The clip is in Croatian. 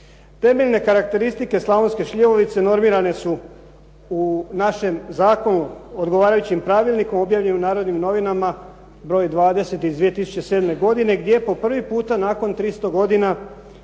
Temeljne karakteristike slavonske šljivovice normirane su u našem zakonu odgovarajućim pravilnikom objavljenim u "Narodnim novinama" broj 20 iz 2007. godine gdje po prvi puta nakon 300 godina